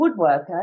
woodworker